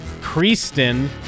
Kristen